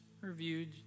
reviewed